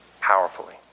powerfully